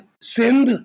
sindh